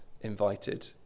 invited